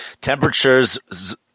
Temperatures